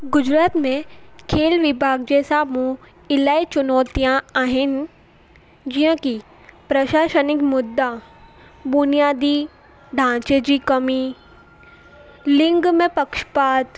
गुजरात में खेल विभाॻ जे साम्हूं इलाही चुनौतियां आहिनि जीअं की प्रशाशनिक मुद्दा बुनियादी ढांचे जी कमी लिंग में पक्षपात